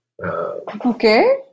Okay